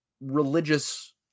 religious